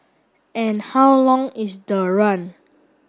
and how long is the run